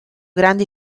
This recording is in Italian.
grandi